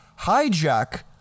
hijack